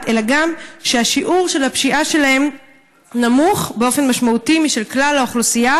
אלא גם שהשיעור של הפשיעה שלהם נמוך באופן משמעותי משל כלל האוכלוסייה,